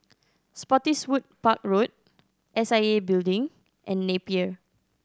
Spottiswoode Park Road S I A Building and Napier